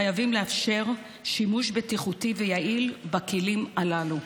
חייבים לאפשר שימוש בטיחותי ויעיל בכלים הללו.